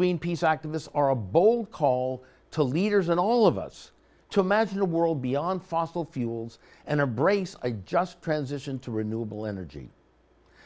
greenpeace activists are a bold call to leaders and all of us to imagine a world beyond fossil fuels and embrace i just transition to renewable energy